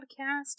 Podcast